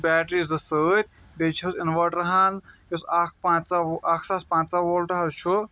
battery زٕ سۭتۍ بیٚیہِ چھِ حظ اِنوٲٹَر ہَن یُس اَکھ پَنژاہ اَکھ ساس پَنژاہ وولٹہٕ حظ چھُ